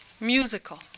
musical